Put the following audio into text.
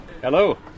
Hello